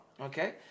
Okay